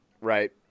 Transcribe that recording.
Right